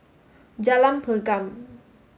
Jalan Pergam